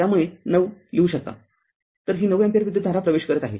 त्यामुळे९ लिहू शकता तर ही ९ अँपिअर विद्युतधारा प्रवेश करत आहे